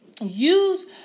Use